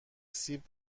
سیب